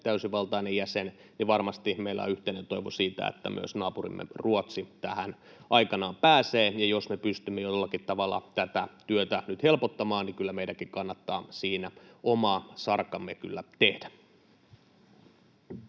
täysivaltainen jäsen, niin varmasti meillä on yhteinen toivo siitä, että myös naapurimme Ruotsi tähän aikanaan pääsee, ja jos me pystymme jollakin tavalla tätä työtä nyt helpottamaan, niin kyllä meidänkin kannattaa siinä oma sarkamme tehdä.